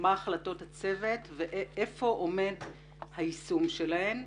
מה החלטות הצוות והיכן עומד היישום שלהן.